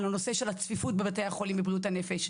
כל הנושא של הצפיפות בבתי החולים לבריאות הנפש,